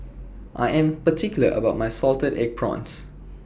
I Am particular about My Salted Egg Prawns